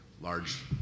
large